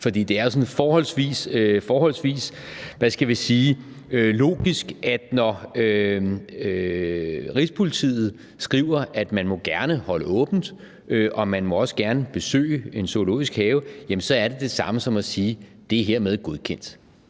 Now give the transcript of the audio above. vi sige – logisk, at når Rigspolitiet skriver, at man gerne må holde åbent, og at folk også gerne må besøge en zoologisk have, så er det det samme som at sige: Det er hermed godkendt.